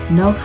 no